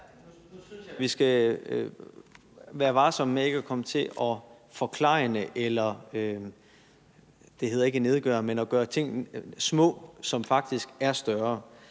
vi skal være varsomme med ikke at komme til at forklejne eller gøre ting mindre, som faktisk er større.